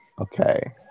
Okay